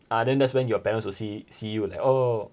ah then that's when your parents will see see you like oh